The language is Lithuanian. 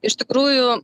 iš tikrųjų